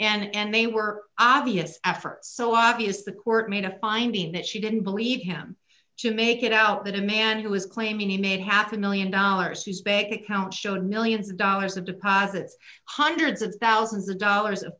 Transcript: efforts and they were obvious efforts so obvious the court made a finding that she didn't believe him to make it out that a man who was claiming innate happen one million dollars he's bank account showed millions of dollars of deposits hundreds of thousands of dollars of